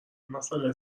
مسئله